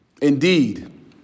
Indeed